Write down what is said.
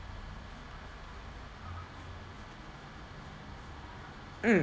mm